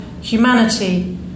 Humanity